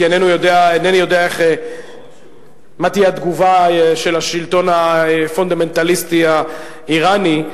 כי אינני יודע מה תהיה התגובה של השלטון הפונדמנטליסטי האירני,